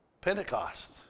Pentecost